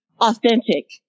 authentic